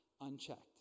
unchecked